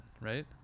right